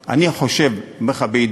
אני חושב, אני אומר לך בידידות,